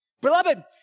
Beloved